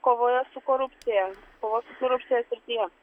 kovoje su korupcija kovos su korupcija srityje